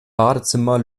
badezimmer